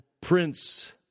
Prince